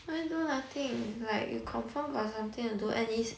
why do nothing like you confirm got something to do and is